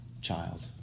child